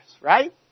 right